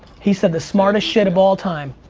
he said the smartest shit of all time.